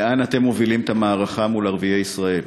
לאן אתם מובילים את המערכה מול ערביי ישראל?